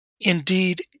Indeed